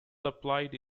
supplied